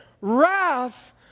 wrath